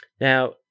Now